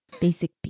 basic